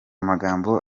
magambo